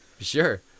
Sure